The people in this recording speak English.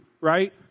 right